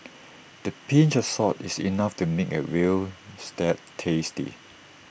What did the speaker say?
the pinch of salt is enough to make A Veal Stew tasty